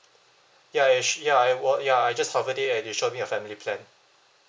ya su~ ya I've wo~ ya I just hover it and it showed me a family plan